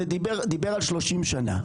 זה דיבר על 30 שנה.